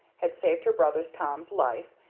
had saved her brother's tom's life,